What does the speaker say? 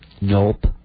Nope